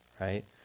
right